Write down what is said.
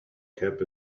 cap